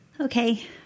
Okay